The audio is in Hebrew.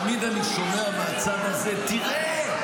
תמיד אני שומע מהצד הזה: תראה,